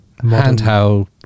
handheld